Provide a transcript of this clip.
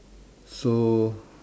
so